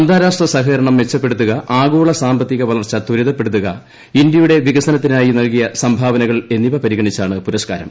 അന്താരാഷ്ട്ര സഹ്ക്കരണം മെച്ചപ്പെടുത്തുക ആഗോള സാമ്പത്തിക വളർച്ച തൃമിത്പ്പെടുത്തുക ഇന്ത്യയുടെ വികസനത്തിനായി നല്കിയക്ക് സംഭാവനകൾ എന്നിവ പരിഗണിച്ചാണ് പുരസ്കാരം